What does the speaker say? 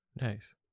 nice